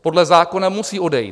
Podle zákona musejí odejít.